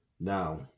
Now